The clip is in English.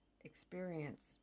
experience